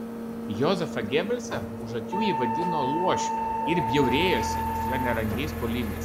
jozefą gebelsą už akių ji vadino luošiu ir bjaurėjosi jo nerangiais puolimais